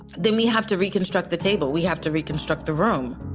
then we have to reconstruct the table. we have to reconstruct the room